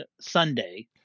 sunday